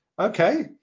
okay